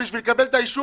אבל בשביל לקבל את האישור,